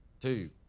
two